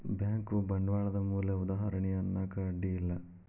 bank ಬಂಡ್ವಾಳದ್ ಮೂಲ ಉದಾಹಾರಣಿ ಅನ್ನಾಕ ಅಡ್ಡಿ ಇಲ್ಲಾ